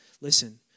listen